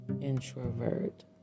introvert